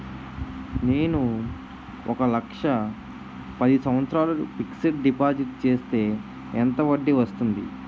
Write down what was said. నేను ఒక లక్ష పది సంవత్సారాలు ఫిక్సడ్ డిపాజిట్ చేస్తే ఎంత వడ్డీ వస్తుంది?